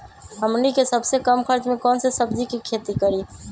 हमनी के सबसे कम खर्च में कौन से सब्जी के खेती करी?